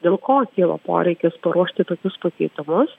dėl ko kyla poreikis paruošti tokius pakeitimus